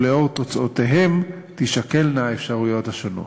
ולאור תוצאותיהם תישקלנה האפשרויות השונות.